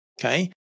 okay